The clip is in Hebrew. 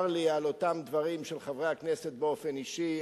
צר לי על אותם דברים של חברי הכנסת באופן אישי,